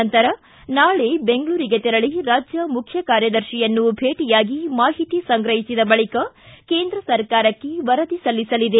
ನಂತರ ನಾಳೆ ಬೆಂಗಳೂರಿಗೆ ತೆರಳಿ ರಾಜ್ಯ ಮುಖ್ಯ ಕಾರ್ಯದರ್ಶಿಯನ್ನು ಭೇಟಯಾಗಿ ಮಾಹಿತಿ ಸಂಗ್ರಹಿಸಿದ ಬಳಿಕ ಕೇಂದ್ರ ಸರ್ಕಾರಕ್ಕೆ ವರದಿ ಸಲ್ಲಿಸಲಿದೆ